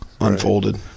unfolded